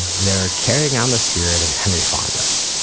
they're carrying on the spirit of henry fonda